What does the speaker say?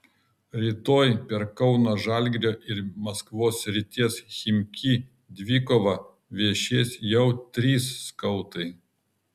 rytoj per kauno žalgirio ir maskvos srities chimki dvikovą viešės jau trys skautai